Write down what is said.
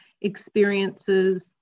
experiences